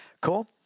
Cool